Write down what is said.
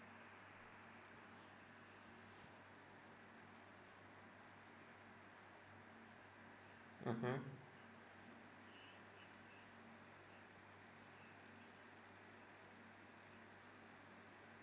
mmhmm